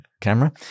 camera